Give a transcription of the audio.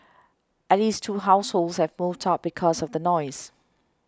at least two households have moved out because of the noise